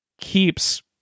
keeps